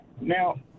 Now